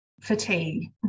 Fatigue